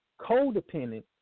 codependent